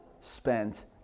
spent